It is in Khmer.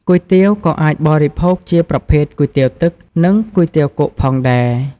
គុយទាវក៏អាចបរិភោគជាប្រភេទគុយទាវទឹក និង គុយទាវគោកផងដែរ ។